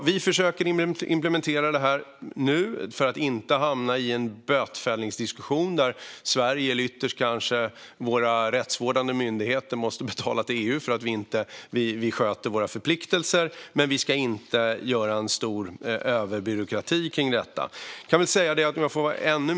Vi försöker nu implementera vapendirektivet för att inte hamna i en bötfällningsdiskussion där Sverige eller ytterst våra rättsvårdande myndigheter måste betala till EU för att vi inte sköter våra förpliktelser. Men vi ska inte göra en stor överbyråkrati kring detta.